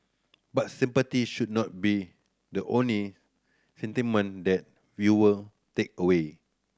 but sympathy should not be the only sentiment the viewer take away